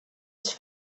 els